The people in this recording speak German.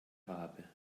rabe